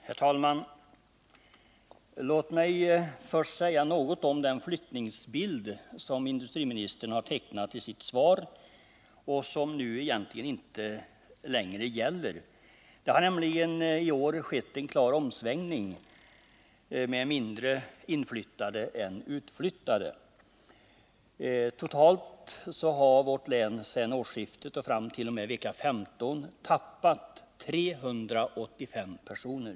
Herr talman! Låt mig först säga något om den flyttningsbild som industriministern har tecknat i sitt svar och som nu egentligen inte längre gäller. Det har nämligen i år skett en klar omsvängning till färre inflyttade än utflyttade. Totalt har vårt län från årsskiftet t.o.m. vecka 15 tappat 385 personer.